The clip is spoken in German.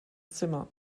zimmer